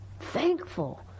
thankful